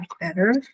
better